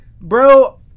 bro